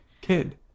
kid